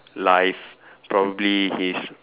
life probably his